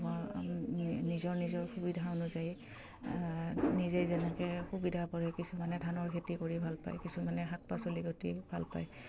আমাৰ নিজৰ নিজৰ সুবিধা অনুযায়ী নিজে যেনেকে সুবিধা কৰে কিছুমানে ধানৰ খেতি কৰি ভাল পায় কিছুমানে শাক পাচলি খেতি ভাল পায়